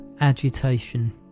agitation